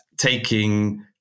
taking